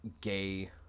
gay